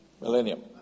Millennium